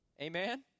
Amen